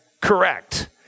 correct